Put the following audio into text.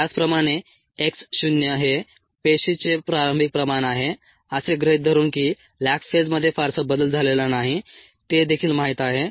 त्याचप्रमाणे x0 हे पेशीचे प्रारंभिक प्रमाण आहे असे गृहीत धरून की लॅग फेजमध्ये फारसा बदल झालेला नाही ते देखील माहित आहे